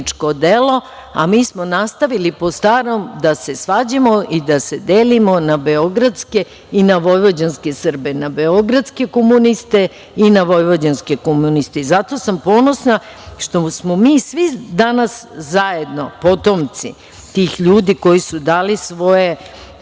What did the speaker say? a mi smo nastavili po starom da se svađamo i da se delimo na beogradske i na vojvođanske Srbe, na beogradske komuniste i na vojvođanske komuniste. Zato sam ponosna što smo mi svi danas zajedno potomci tih ljudi koji su dali svoje živote,